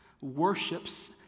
worships